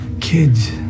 Kids